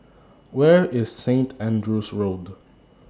Where IS St Andrew's Road